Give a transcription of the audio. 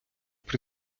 при